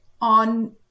on